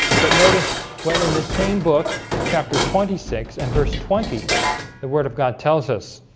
but notice when in the same book chapter twenty six and verse twenty the word of god tells us